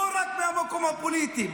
לא רק מהמקום הפוליטי,